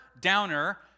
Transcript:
downer